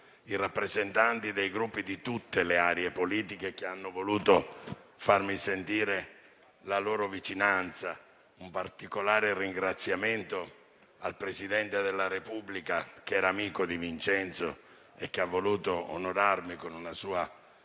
i rappresentanti dei Gruppi di tutte le aree politiche che hanno voluto farmi sentire la loro vicinanza. Un particolare ringraziamento va al Presidente della Repubblica, che era amico di Vincenzo, che ha voluto onorarmi con una sua